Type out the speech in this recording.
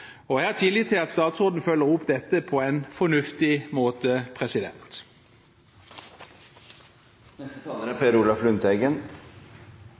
videre. Jeg har tillit til at statsråden følger opp dette på en fornuftig måte. Det er